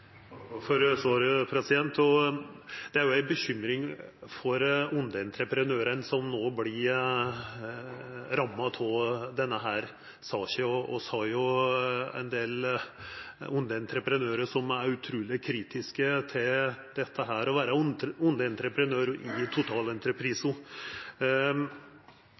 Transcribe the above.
takkar for svaret. Det er òg ei bekymring for underentreprenørane som vert ramma av denne saka. Det er ein del underentreprenørar som er utruleg kritiske til det å vera underentreprenør i